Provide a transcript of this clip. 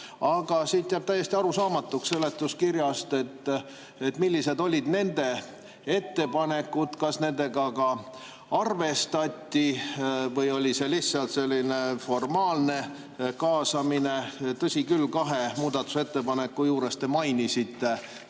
jääb täiesti arusaamatuks, millised olid nende ettepanekud, kas nendega ka arvestati või oli see lihtsalt selline formaalne kaasamine. Tõsi küll, kahe muudatusettepaneku juures te mainisite,